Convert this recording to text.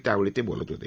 त्यावेळी ते बोलत होते